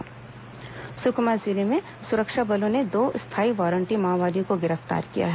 माओवादी गिरफ्तार सुकमा जिले में सुरक्षा बलों ने दो स्थायी वारंटी माओवादियों को गिरफ्तार किया है